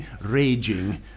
raging